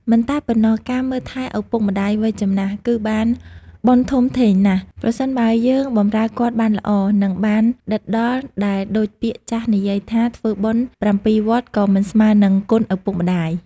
មិនតែប៉ុណ្ណោះការមើលថែឳពុកម្តាយវ័យចំណាស់គឺបានបុណ្យធំធេងណាស់ ប្រសិនបើយើងបម្រើគាត់បានល្អ និងបានដិតដល់ដែលដូចពាក្យចាស់និយាយថាធ្វើបុណ្យប្រាំពីរវត្តក៏មិនស្មើរនឹងគុណឳពុកម្តាយ។